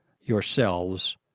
yourselves